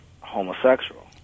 homosexual